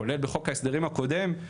כולל בחוק ההסדרים הקודם,